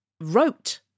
wrote